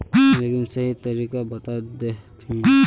लेकिन सही तरीका बता देतहिन?